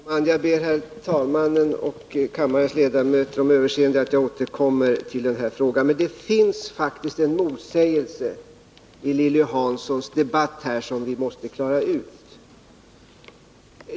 Herr talman! Jag ber herr talmannen och kammarens ledamöter om överseende för att jag återkommer till den här frågan, men det finns faktiskt en motsägelse i Lilly Hanssons debattinlägg här som vi måste klara ut.